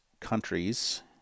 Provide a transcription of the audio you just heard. countries